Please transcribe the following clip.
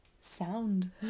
sound